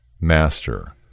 Master